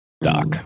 Doc